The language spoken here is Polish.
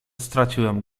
straciłem